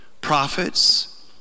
prophets